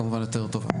כמובן.